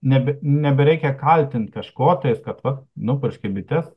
neb nebereikia kaltint kažko tais kad va nupurškia bites